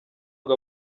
ngo